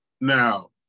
Now